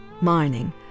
mining